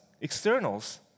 externals